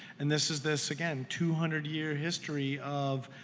and this is this, again, two hundred year history of